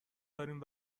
داریم